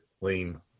lean